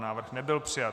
Návrh nebyl přijat.